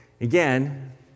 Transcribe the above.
Again